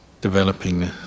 developing